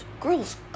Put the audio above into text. Girls